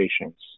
patients